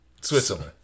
Switzerland